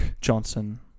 Johnson